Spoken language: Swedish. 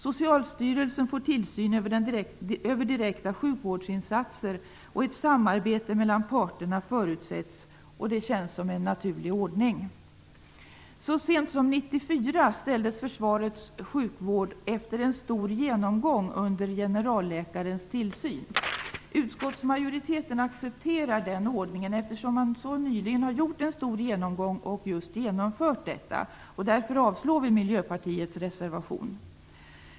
Socialstyrelsen får tillsyn över direkta sjukvårdsinsatser, och ett samarbete mellan parterna förutsätts. Det känns som en naturlig ordning. Så sent som 1994 ställdes försvarets sjukvård, efter en stor genomgång, under generalläkarens tillsyn. Utskottsmajoriteten accepterar den ordningen, eftersom man så nyligen har gjort en stor genomgång och genomfört denna reform, och avslår Miljöpartiets reservation.